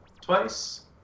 Twice